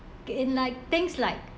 in like things like